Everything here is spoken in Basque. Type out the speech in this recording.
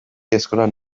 eskolan